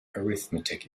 arithmetic